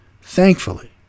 thankfully